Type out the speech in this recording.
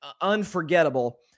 unforgettable